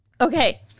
Okay